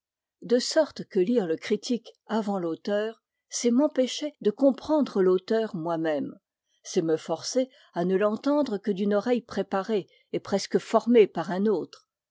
de sorte que lire le critique avant l'auteur c'est m'empêcher de comprendre l'auteur moi-même c'est me forcer à ne l'entendre que d'une oreille préparée et presque formée par un autre